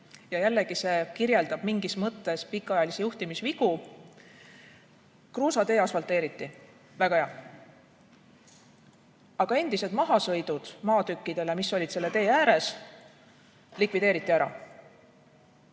Jällegi kirjeldab see mingis mõttes pikaajalisi juhtimisvigu. Kruusatee asfalteeriti – väga hea. Aga endised mahasõidud maatükkidele, mis olid selle tee ääres, likvideeriti.